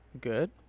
good